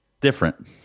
different